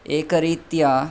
एकरीत्या